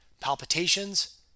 palpitations